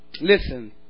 Listen